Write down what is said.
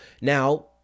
Now